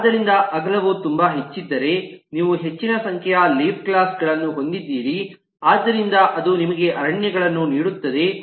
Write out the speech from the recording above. ಆದ್ದರಿಂದ ಅಗಲವು ತುಂಬಾ ಹೆಚ್ಚಿದ್ದರೆ ನೀವು ಹೆಚ್ಚಿನ ಸಂಖ್ಯೆಯ ಲೀಫ್ ಕ್ಲಾಸ್ ಗಳನ್ನು ಹೊಂದಿದ್ದೀರಿ ಆದ್ದರಿಂದ ಅದು ನಿಮಗೆ ಅರಣ್ಯಗಳನ್ನು ನೀಡುತ್ತದೆ